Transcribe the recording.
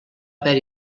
haver